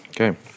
Okay